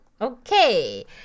Okay